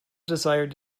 desired